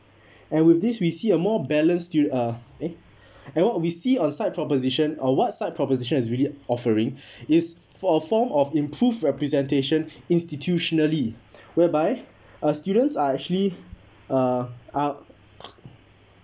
and with this we see a more balanced to uh eh and what we see on such proposition or what such proposition is really offering is for a form of improved representation institutionally whereby a students are actually uh are